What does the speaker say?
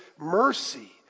mercy